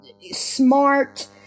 smart